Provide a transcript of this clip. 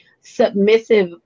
submissive